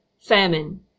famine